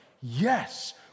yes